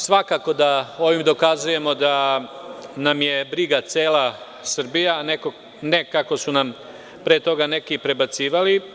Svakako da ovim dokazujemo da nam je briga cela Srbija, a ne kako su nam pre toga neki prebacivali.